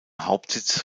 hauptsitz